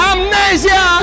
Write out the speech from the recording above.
Amnesia